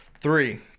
Three